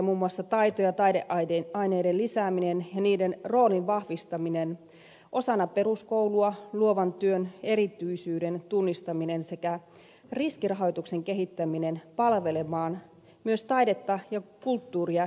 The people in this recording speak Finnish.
muun muassa taito ja taideaineiden lisääminen ja niiden roolin vahvistaminen osana peruskoulua luovan työn erityisyyden tunnistaminen sekä riskirahoituksen kehittäminen palvelemaan myös taidetta ja kulttuuria yrittäjyydessä